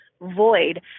void